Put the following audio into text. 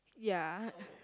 ya